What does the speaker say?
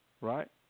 right